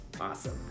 awesome